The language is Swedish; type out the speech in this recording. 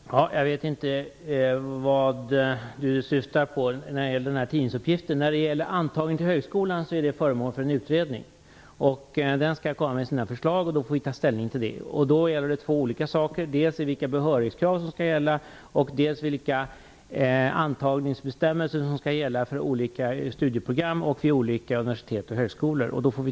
Fru talman! Jag vet inte vilken tidningsuppgift Elisabeth Fleetwood syftar på. Frågan om antagning till högskolan är föremål för utredning. När den kommer med sina förslag får vi ta ställning till dem. Det handlar då dels om vilka behörighetskrav som skall gälla, dels vilka antagningsbestämmelser som skall gälla för olika studieprogram vid olika universitet och högskolor.